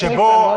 יש מפלגות אם.